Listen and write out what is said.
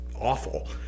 awful